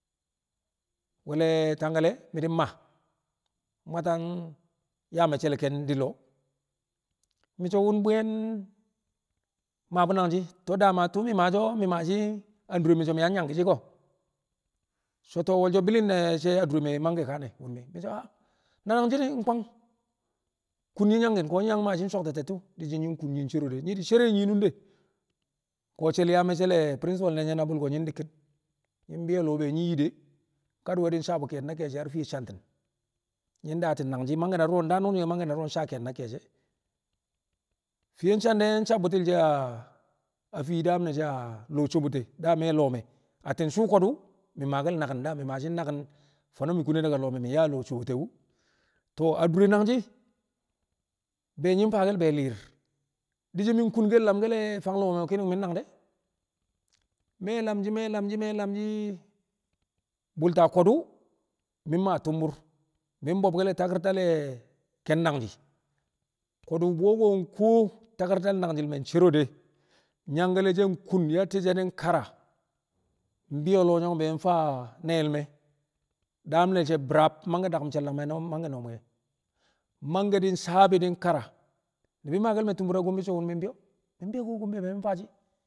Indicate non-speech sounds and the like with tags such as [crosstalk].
We̱l le̱ Tangkale̱ e̱ mi̱ di̱ maa mwatan yaa me̱cce̱l le̱ ke̱n di lo̱o̱ mi̱ so̱ wo̱m bwuyen maa bu̱ nangshi̱ to̱o̱ da ma tụu̱ mi̱ maashi̱ e̱ mi̱ maashi̱ adure mi̱ so̱ mị yaa nyangki̱ shi̱ ko̱ so̱ to̱o̱ wo̱lso bi̱li̱ng ne̱ she̱ a dure me̱ mangke̱ kaa ne̱ wo̱m mi̱ mi̱ so̱ [hesitation] na nangshi̱ di̱ kwang kun nyi̱ yang ki̱n ko̱ nyi̱ yang maashi̱ so̱kte̱ te̱ttu̱ di̱ shi̱ nyi̱ kun nyi̱ mi̱ro̱ de̱ nyi̱ di̱ cere nyi̱ cere yi nunde ko̱ she̱l yaa me̱cce̱ le̱ principal le̱ nye̱ na bu̱lko̱ be nyi̱ dikkin nyi̱ bi̱yo̱ lo̱o̱ be nyi̱ yi de̱ kadi̱we̱ di̱ nsaa bu̱ ke̱e̱di̱ na ke̱e̱shi̱ har fiye santi̱n nyi̱ daati̱n nangshi̱ mangke̱ na du̱ro̱ ndaa nu̱nsu̱nge̱ mangke̱ na du̱ro̱ nsaa ke̱e̱di̱ na ke̱e̱shi̱ fiye san de̱ nsabu̱ti̱l she̱ a fii daam ne̱ she̱ a fii sobote da me̱ lo̱o̱ me̱ atti̱n suu ko̱du̱ mi̱ maake̱l naki̱n da mi̱ maashi̱n naki̱n fo̱no̱ mi̱ kune daga lo̱o̱ me̱ mi̱ yaa a fii sobote wu̱ to̱o̱ a dure nangshi̱ be nyi̱ faake̱l be li̱i̱r di̱ shi̱ mi̱ kunkel lamke̱l le̱ fang lo̱o̱ me̱ wu̱ ki̱ni̱ng wu̱ mi̱ nang de̱ me̱ lamshi̱ me̱ lamshi̱ me̱ lam she̱ bu̱lta ko̱du̱ mi̱ maa tu̱mbu̱r mi̱ bo̱bke̱l le̱ takirta le̱ ke̱n nangji̱ ko̱du̱ bwuyen ko̱ nkuwo takirtar nangji̱ le̱ me̱ ncero do̱ nyangkale̱ le̱ she̱ nkun, yatti̱ she̱ di̱ kara mbi̱yo̱ lo̱o̱ nyong be faa ne̱e̱l me̱ daam ne̱ she̱ bi̱raab mangke̱ daku̱m she̱l dagme̱ [unintelligible] mangke̱ noo mwi̱ye̱ mangke̱ di̱ saabi̱ di̱ kara ni̱bi̱ mmaake̱l me̱ tu̱mbu̱r a Gombe so̱ wo̱m mi̱ mbi̱yo̱ mi̱ mbi̱yo̱ ko̱ a Gombe be mi̱ faa shi̱.